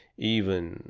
even